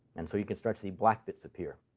and so you can start to see black bits appear.